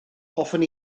hoffwn